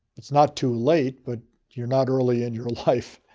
it's not too late, but you're not early in your life.